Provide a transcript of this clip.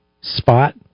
spot